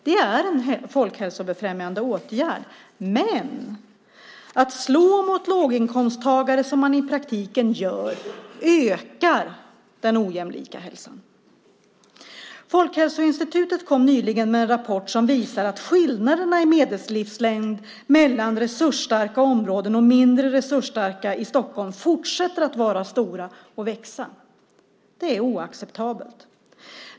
Det är en folkhälsobefrämjande åtgärd, men att slå mot låginkomsttagare, som man i praktiken gör, ökar den ojämlika hälsan. Folkhälsoinstitutet kom nyligen med en rapport som visar att skillnaderna i medellivslängd mellan resursstarka områden och mindre resursstarka i Stockholm fortsätter att vara stora och växa. Det är oacceptabelt.